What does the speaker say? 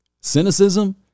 Cynicism